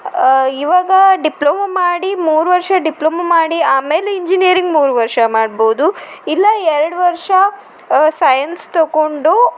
ಇವಾಗ ಡಿಪ್ಲೊಮೊ ಮಾಡಿ ಮೂರು ವರ್ಷ ಡಿಪ್ಲೊಮೊ ಮಾಡಿ ಆಮೇಲೆ ಇಂಜಿನಿಯರಿಂಗ್ ಮೂರು ವರ್ಷ ಮಾಡ್ಬೋದು ಇಲ್ಲ ಎರಡು ವರ್ಷ ಸೈಯನ್ಸ್ ತೊಕೊಂಡು